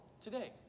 today